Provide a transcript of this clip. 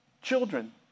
Children